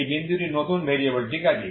এই বিন্দুটি নতুন ভেরিয়েবলঠিক আছে